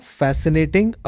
fascinating